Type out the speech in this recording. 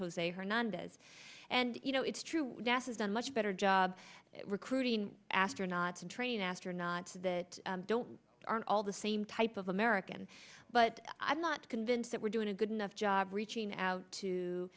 jose hernandez and you know it's true yes isn't much better job recruiting astronaut to train astronaut that don't aren't all the same type of american but i'm not convinced that we're doing a good enough job reaching out